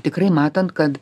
tikrai matant kad